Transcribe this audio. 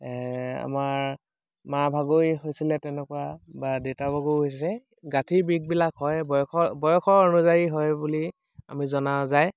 আমাৰ মা ভাগো হৈছিলে তেনেকুৱা বা দেতা ভাগো হৈছে গাঁঠীৰ বিষবিলাক হয় বয়স বয়সৰ অনুযায়ী হয় বুলি আমি জনা যায়